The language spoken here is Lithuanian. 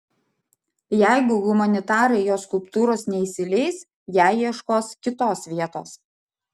jeigu humanitarai jo skulptūros neįsileis jai ieškos kitos vietos